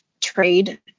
trade